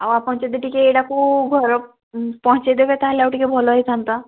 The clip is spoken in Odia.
ଆଉ ଆପଣ ଯଦି ଟିକିଏ ଏଇଟାକୁ ଘରେ ପହଞ୍ଚେଇ ଦେବେ ତା'ହେଲେ ଆଉ ଟିକିଏ ଭଲ ହେଇଥାନ୍ତା